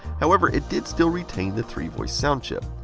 however, it did still retain the three voice sound chip.